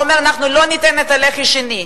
הוא אומר: אנחנו לא ניתן את הלחי השנייה.